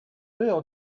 will